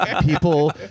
people